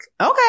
okay